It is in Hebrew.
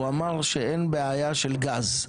הוא אמר שאין בעיה של גז,